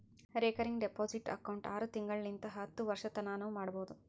recurring deposit account ಆರು ತಿಂಗಳಿಂತ್ ಹತ್ತು ವರ್ಷತನಾನೂ ಮಾಡ್ಬೋದು